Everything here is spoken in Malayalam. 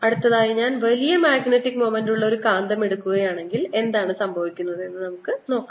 അടുത്തതായി ഞാൻ വലിയ മാഗ്നെറ്റിക് മൊമെൻറ് ഉള്ള ഒരു കാന്തം എടുക്കുകയാണെങ്കിൽ എന്താണ് സംഭവിക്കുന്നതെന്ന് നമുക്ക് നോക്കാം